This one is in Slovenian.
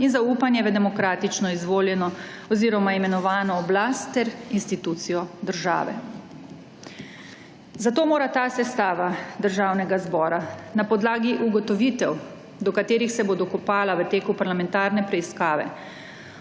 in zaupanje v demokratično izvoljeno oziroma imenovano oblast ter institucijo države. Zato mora ta sestava Državnega zbora na podlagi ugotovitev do katerih se bo dokopala v teku parlamentarne preiskave